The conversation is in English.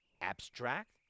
abstract